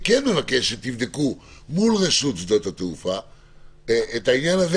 אני מבקש שתבדקו מול רשות שדות התעופה האם